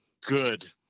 good